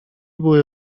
były